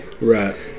right